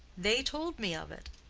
they told me of it.